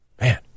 man